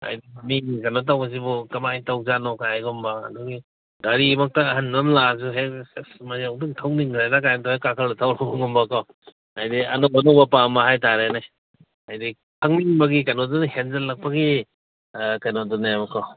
ꯍꯥꯏꯗꯤ ꯃꯤ ꯀꯩꯅꯣ ꯇꯧꯕꯁꯤꯕꯨ ꯀꯃꯥꯏꯅ ꯇꯧꯖꯥꯠꯅꯣ ꯍꯥꯏꯒꯨꯝꯕ ꯑꯗꯒꯤ ꯒꯥꯔꯤ ꯃꯛꯇ ꯑꯍꯟꯕ ꯑꯃ ꯂꯥꯛꯑꯁꯨ ꯍꯦꯛ ꯑꯁ ꯃꯁꯤ ꯑꯝꯇꯪ ꯊꯧꯅꯤꯡꯈ꯭ꯔꯦꯗꯒꯥꯏꯅ ꯇꯧꯔ ꯍꯦꯛ ꯀꯥꯈꯠꯂ ꯊꯧꯔꯨꯒꯨꯝꯕꯀꯣ ꯍꯥꯏꯗꯤ ꯑꯅꯧ ꯑꯅꯧꯕ ꯄꯥꯝꯕ ꯍꯥꯏꯇꯥꯔꯦꯅꯦ ꯍꯥꯏꯗꯤ ꯈꯪꯅꯤꯡꯕꯒꯤ ꯀꯩꯅꯣꯗꯨꯅ ꯍꯦꯟꯖꯤꯜꯂꯛꯄꯒꯤ ꯀꯩꯅꯣꯗꯨꯅꯦꯕꯦꯀꯣ